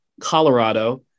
Colorado